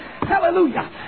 Hallelujah